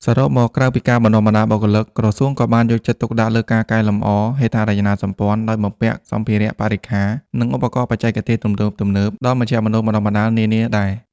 សរុបមក ក្រៅពីការបណ្តុះបណ្តាលបុគ្គលិក ក្រសួងក៏បានយកចិត្តទុកដាក់លើ ការកែលម្អហេដ្ឋារចនាសម្ព័ន្ធ ដោយបំពាក់សម្ភារៈ បរិក្ខារ និងឧបករណ៍បច្ចេកទេសទំនើបៗដល់មជ្ឈមណ្ឌលបណ្តុះបណ្តាលនានាដែរ។